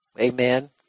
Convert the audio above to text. Amen